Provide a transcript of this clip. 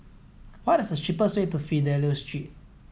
what is the cheapest way to Fidelio Street